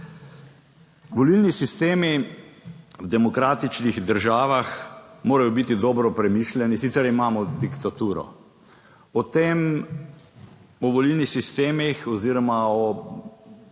Volilni sistemi v demokratičnih državah morajo biti dobro premišljeni, sicer imamo diktaturo. O tem, o volilnih sistemih oziroma o napotkih